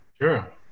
Sure